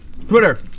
twitter